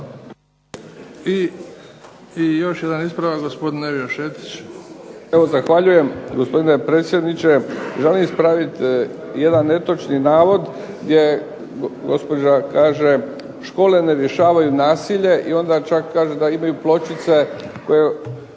I još jedan ispravak, gospodin Nevio Šetić. **Šetić, Nevio (HDZ)** Evo zahvaljujem, gospodine predsjedniče. Želim ispraviti jedan netočni navod gdje gospođa kaže škole ne rješavaju nasilje i onda čak kaže da imaju pločice koje